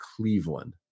Cleveland